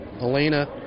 Elena